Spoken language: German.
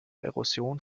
erosion